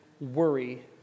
worry